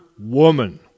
woman